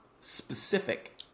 specific